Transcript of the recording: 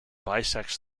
bisects